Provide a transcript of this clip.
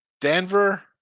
Denver